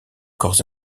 corps